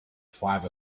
five